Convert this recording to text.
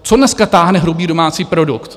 Co dneska táhne hrubý domácí produkt?